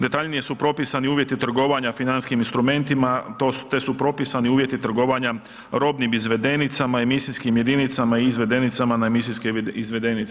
Detaljnije su propisani uvjeti trgovanja financijskim instrumentima te su propisani uvjeti trgovanja robnim izvedenicama i misijskim jedinicama i izvedenicama na misijske izvedenice.